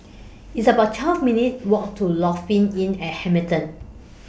It's about twelve minutes' Walk to Lofi Inn At Hamilton